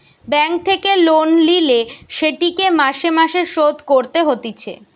bank থেকে loan লিলে সেটিকে মাসে মাসে শোধ করতে হতিছে